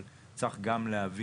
אבל צריך גם להבין,